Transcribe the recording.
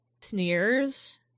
sneers